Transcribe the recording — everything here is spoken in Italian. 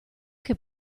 che